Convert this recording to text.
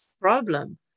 problem